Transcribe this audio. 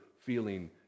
feeling